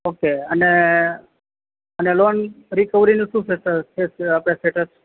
okay અને અને loan રીકવરીનું શું થસે આપણે સ્ટેટસ